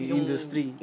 industry